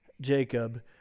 Jacob